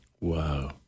Wow